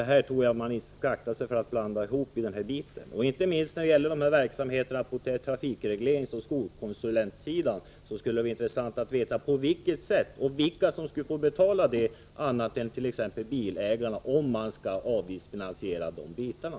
Jag tror att man skall akta sig för att blanda ihop de här sakerna. Inte minst när det gäller verksamheterna på trafikregleringsoch skolkonsulentssidan skulle det vara intressant att veta vilka andra kategorier än bilägarna som skulle få betala detta, om man skulle avgiftsfinansiera de delarna.